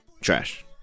Trash